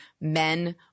men